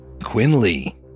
Quinley